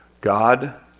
God